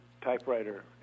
typewriter